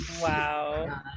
Wow